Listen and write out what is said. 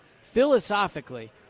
philosophically